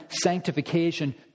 sanctification